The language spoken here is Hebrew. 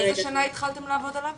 באיזו שנה התחלתם לעבוד עליו?